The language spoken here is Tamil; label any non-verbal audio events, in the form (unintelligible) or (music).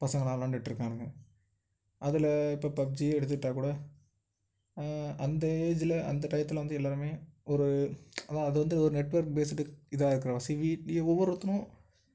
பசங்களெலாம் விளாண்டுட்ருக்கானுங்க அதில் இப்போ பப்ஜியே எடுத்துக்கிட்டா கூட அந்த ஏஜில் அந்த டயத்தில் வந்து எல்லோருமே ஒரு அதுதான் அது வந்து ஒரு நெட்ஒர்க் பேஸ்டு இதாக இருக்கிற வாசிக்கி (unintelligible) ஒவ்வொருத்தனும்